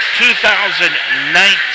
2019